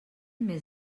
més